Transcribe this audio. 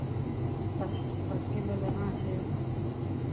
पाँच पाँच किलो लेना छै